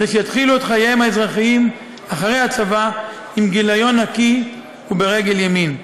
כדי שיתחילו את חייהם האזרחיים אחרי הצבא עם גיליון נקי וברגל ימין.